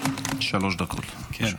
שלוש דקות, בבקשה.